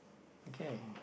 okay